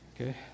Okay